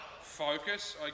focus